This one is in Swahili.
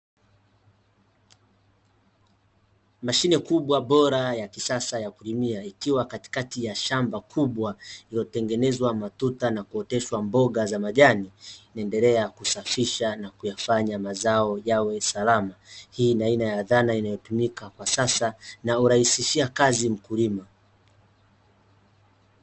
Mashine kubwa bora ya kisasa ya kulimia, ikiwa katikati ya shamba kubwa lililotengenezwa matuta na kuoteshwa mboga za majani, linaendelea kusafisha na kuyafanya mazao yawe salama . Hii ni aina ya dhana inayotumika kwa sasa, na hurahisishia kazi mkulima.